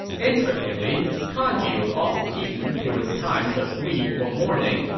interestingly, congee was also eaten during times of grief or mourning,